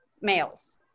males